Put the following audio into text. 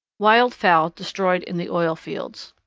wild fowl destroyed in the oil fields.